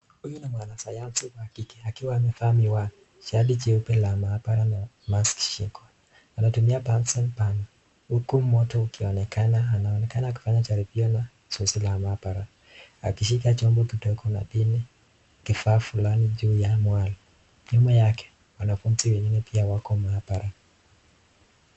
Huyu ni mwanasayansi wa kike akiwa amevaa miwani, shati jeupe la maabara na mask shingoni. Anatumia bunsen burner huku moto ukionekana. Anaonekana kufanya jaribio la zoezi la maabara, akishika chombo kidogo na pini ,kifaa fulani juu ya mwale. Nyuma yake wanafunzi wengine pia wako maabara.